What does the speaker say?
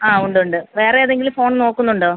ആ ഉണ്ട് ഉണ്ട് വേറെ ഏതെങ്കിലും ഫോൺ നോക്കുന്നുണ്ടോ